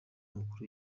w’umukuru